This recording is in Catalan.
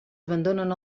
abandonen